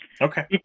Okay